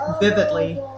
vividly